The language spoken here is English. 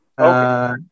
Okay